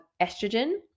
estrogen